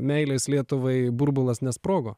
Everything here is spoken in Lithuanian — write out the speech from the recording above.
meilės lietuvai burbulas nesprogo